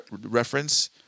reference